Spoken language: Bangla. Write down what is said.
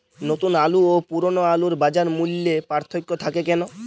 নতুন আলু ও পুরনো আলুর বাজার মূল্যে পার্থক্য থাকে কেন?